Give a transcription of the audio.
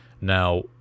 Now